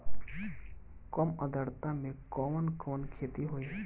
कम आद्रता में कवन कवन खेती होई?